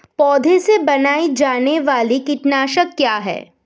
पौधों से बनाई जाने वाली कीटनाशक क्या है?